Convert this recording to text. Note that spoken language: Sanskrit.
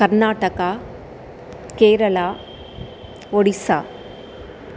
कर्नाटकः केरलः ओडिस्सा